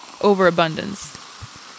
overabundance